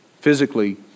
physically